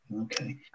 okay